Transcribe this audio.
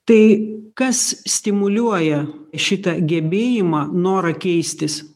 tai kas stimuliuoja šitą gebėjimą norą keistis